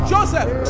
Joseph